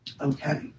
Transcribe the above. Okay